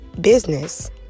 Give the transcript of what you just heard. business